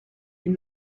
ils